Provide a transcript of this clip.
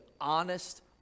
honest